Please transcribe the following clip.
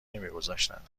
نمیگذاشتند